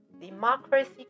democracy